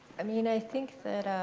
i mean, i think that,